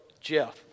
Jeff